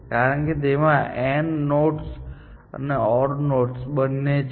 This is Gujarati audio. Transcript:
કારણ કે તેમાં AND નોડ્સ અને OR નોડ્સ બંને છે